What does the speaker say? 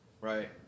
right